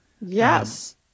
yes